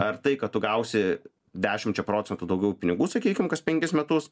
ar tai kad tu gausi dešimčia procentų daugiau pinigų sakykim kas penkis metus